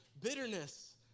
bitterness